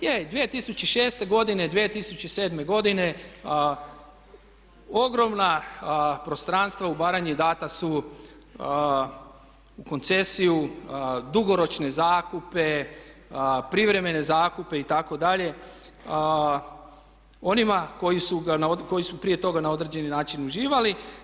Je, 2006. godine i 2007. godine ogromna prostranstva u Baranji dana su u koncesiju, dugoročne zakupe, privremene zakupe itd. onima koji su prije toga na određeni način uživali.